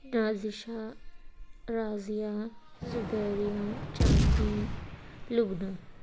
Nazisha Raziya Zubairiya Chandi Lubna